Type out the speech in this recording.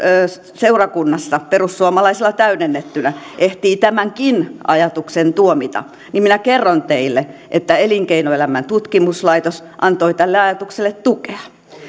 seurakunnassa perussuomalaisilla täydennettynä ehtii tämänkin ajatuksen tuomita niin minä kerron teille että elinkeinoelämän tutkimuslaitos antoi tälle ajatukselle tukea